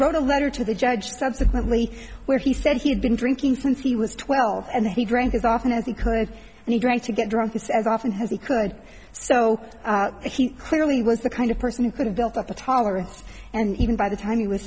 wrote a letter to the judge subsequently where he said he had been drinking since he was twelve and he drank as often as occurred and he drank to get drunk he says often has he could so he clearly was the kind of person who could have built up a tolerance and even by the time he was